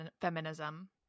feminism